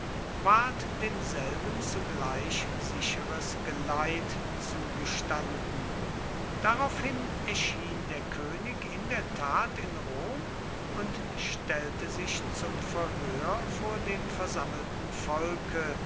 ward demselben zugleich sicheres geleit zugestanden daraufhin erschien der könig in der tat in rom und stellte sich zum verhör vor dem versammelten volke